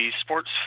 Sports